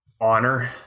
Honor